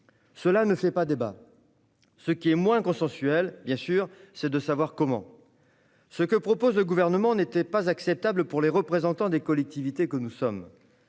Cela ne fait pas débat. Ce qui est moins consensuel, c'est de savoir comment ! La proposition du Gouvernement n'était pas acceptable pour les représentants des collectivités que nous sommes.